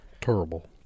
terrible